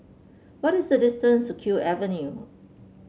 what is the distance to Kew Avenue